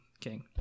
king